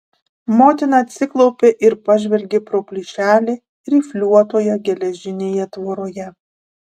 motina atsiklaupė ir pažvelgė pro plyšelį rifliuotoje geležinėje tvoroje